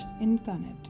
incarnate